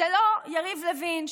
זה לא יריב לוין,